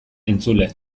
entzule